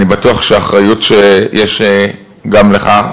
אני בטוח שהאחריות שיש גם לך,